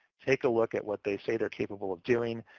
take a look at what they say they're capable of doing,